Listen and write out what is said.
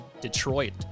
Detroit